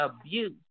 abuse